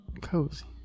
Cozy